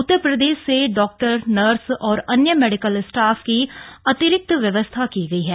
उत्तर प्रदेश से doctor nurse और अन्य मेडिकल स्टाफ की अतिरिक्त व्यवस्था की गयी है